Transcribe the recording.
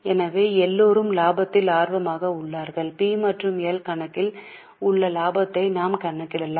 எனவே எல்லோரும் லாபத்தில் ஆர்வமாக உள்ளனர் எனவே பி மற்றும் எல் கணக்கில் உள்ள லாபத்தை நாம் கணக்கிடலாம்